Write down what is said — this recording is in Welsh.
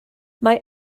mae